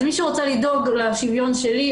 אז מי שרוצה לדאוג לשוויון שלי,